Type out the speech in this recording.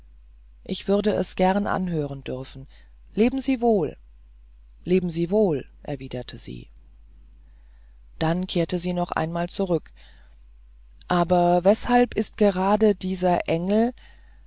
ich würde es gerne anhören dürfen leben sie wohl leben sie wohl antwortete sie dann kehrte sie nochmals zurück aber weshalb ist gerade dieser engel